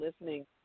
listening